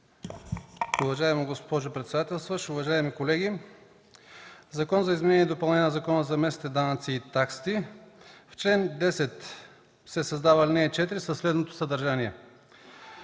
Уважаема госпожо председателстващ, уважаеми колеги! „Закон за изменение и допълнение на Закона за местните данъци и такси § 1. В чл. 10 се създава ал. 4 със следното съдържание: